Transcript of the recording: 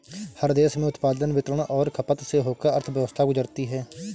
हर देश में उत्पादन वितरण और खपत से होकर अर्थव्यवस्था गुजरती है